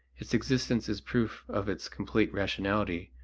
its existence is proof of its complete rationality,